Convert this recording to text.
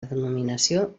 denominació